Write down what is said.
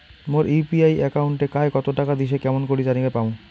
মোর UPI একাউন্টে কায় কতো টাকা দিসে কেমন করে জানিবার পামু?